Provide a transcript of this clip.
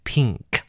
Pink